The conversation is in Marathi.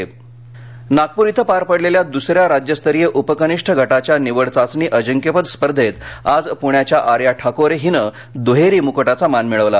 क्रीडा नागपुर इथं पार पडलेल्या दुस या राज्यस्तरीय उप कनिष्ठ गटाच्या निवड चाचणी अजिंक्यपद स्पर्धेत आज पुण्याच्या आर्या ठाकोरे हिनं दुहेरी मुक्टाचा मान मिळवला